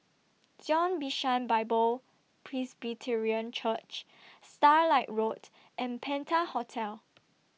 Zion Bishan Bible Presbyterian Church Starlight Road and Penta Hotel